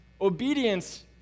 obedience